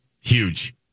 Huge